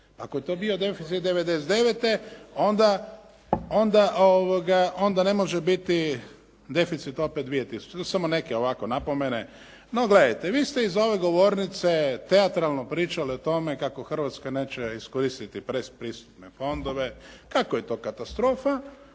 Ako je to bio deficit 1999. onda, onda ne može biti deficit opet 2000. To su samo neke ovako napomene. No gledajte vi ste iz ove govornice teatralno pričali o tome kako Hrvatska neće iskoristiti predpristupne fondove, kako je to katastrofa.